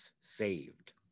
saved